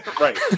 Right